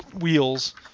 wheels